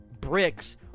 bricks